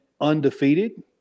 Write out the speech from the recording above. undefeated